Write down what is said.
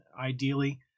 ideally